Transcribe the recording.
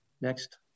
Next